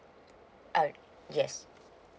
uh yes